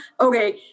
okay